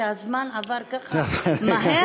שהזמן עבר ככה מהר,